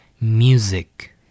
Music